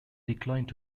declined